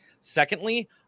secondly